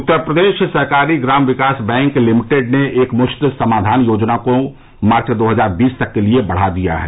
उत्तर प्रदेश सहकारी ग्राम विकास बैंक लिमिटेड ने एक मुश्त समाधान योजना को मार्च दो हजार बीस तक के लिये बढ़ा दिया गया है